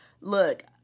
look